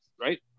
right